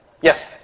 yes